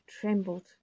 trembled